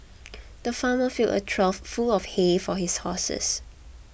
the farmer filled a trough full of hay for his horses